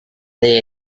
they